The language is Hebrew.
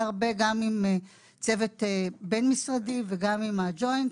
הרבה גם עם צוות בין-משרדי וגם עם הג'וינט,